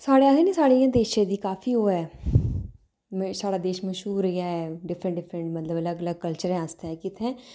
साढ़े आखदे निं साढ़े देशै दी काफी ओह् ऐ साढ़ा देश मश्हूर ऐ डिफरेंट डिफरेंट मतलब अलग अलग कल्चरें आस्तै कि इत्थें